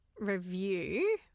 review